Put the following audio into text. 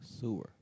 Sewer